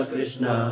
Krishna